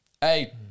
hey